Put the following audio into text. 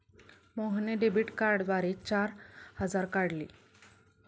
मोहनने डेबिट कार्डद्वारे चार हजार काढले